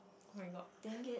oh-my-God